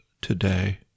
today